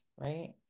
right